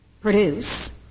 produce